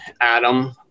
Adam